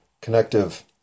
connective